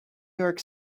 york